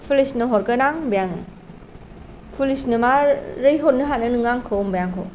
पुलिसनो हरगोन आं होनबाय आङो पुलिसनो मारै हरनो हानो नोङो आंखौ होनबाय आंखौ